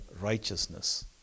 righteousness